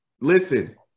Listen